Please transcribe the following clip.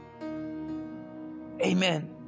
Amen